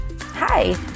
Hi